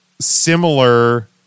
similar